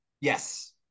Yes